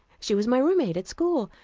she was my roommate at school,